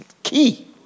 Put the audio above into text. key